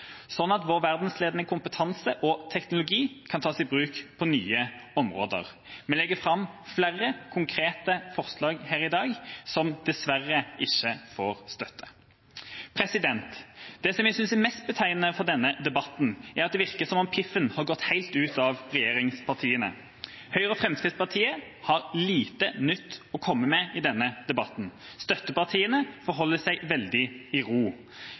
at vår verdensledende kompetanse og teknologi kan tas i bruk på nye områder. Vi legger fram flere konkrete forslag her i dag, som dessverre ikke får støtte. Det som jeg synes er mest betegnende for denne debatten, er at det virker som om piffen har gått helt ut av regjeringspartiene. Høyre og Fremskrittspartiet har lite nytt å komme med i denne debatten. Støttepartiene forholder seg veldig i ro.